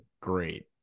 great